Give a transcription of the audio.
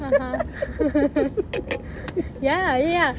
(uh huh) ya ya ya